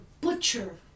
butcher